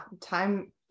time